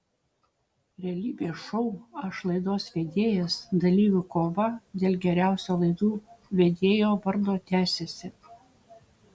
realybės šou aš laidos vedėjas dalyvių kova dėl geriausio laidų vedėjo vardo tęsiasi